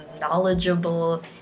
knowledgeable